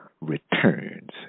returns